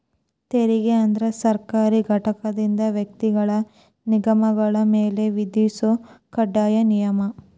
ತೆರಿಗೆ ಅಂದ್ರ ಸರ್ಕಾರಿ ಘಟಕದಿಂದ ವ್ಯಕ್ತಿಗಳ ನಿಗಮಗಳ ಮ್ಯಾಲೆ ವಿಧಿಸೊ ಕಡ್ಡಾಯ ನಿಯಮ